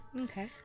Okay